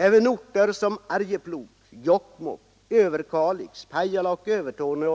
Även orter som Arjeplog, Jokkmokk, Överkalix, Pajala och Övertorneå